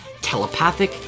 Telepathic